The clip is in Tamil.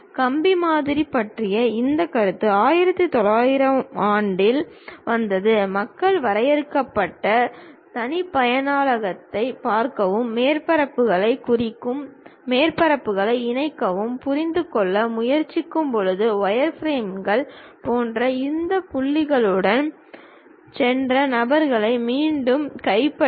கம்பி மாதிரிகள் பற்றிய இந்த கருத்து 1900 ஆம் ஆண்டில் வந்தது மக்கள் வரையறுக்கப்பட்ட தனிப்பயனாக்கத்தைப் பார்க்கவும் மேற்பரப்புகளைக் குறிக்கும் மேற்பரப்புகளை இணைக்கவும் புரிந்து கொள்ள முயற்சிக்கும்போது வயர்ஃப்ரேம்கள் போன்ற இந்த புள்ளிகளுடன் சென்ற நபர்களை மீண்டும் கைப்பற்ற